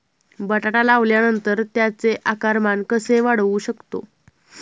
बटाटा लावल्यानंतर त्याचे आकारमान कसे वाढवू शकतो?